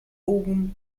өвгөн